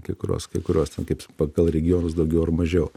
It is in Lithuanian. kai kurios kai kurios ten kaip pagal regionus daugiau ar mažiau